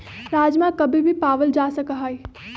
राजमा कभी भी पावल जा सका हई